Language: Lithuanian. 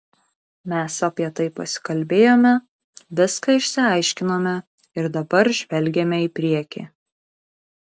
mes apie tai pasikalbėjome viską išsiaiškinome ir dabar žvelgiame į priekį